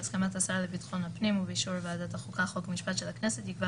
בהסכמת השר לביטחון הפנים ובאישור ועדת החוקה חוק ומשפט של הכנסת יקבע